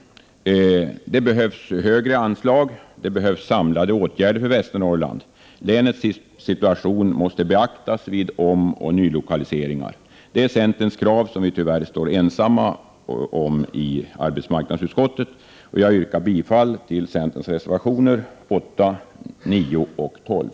Det behövs högre anslag och samlade åtgärder för Västernorrland. Länets situation måste beaktas vid omoch nylokaliseringar. Det är centerns krav, men det står vi tyvärr ensamma bakom i arbetsmarknadsutskottet. Jag yrkar bifall till centerns reservationer 8, 9 och 12.